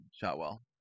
shotwell